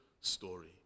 story